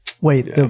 wait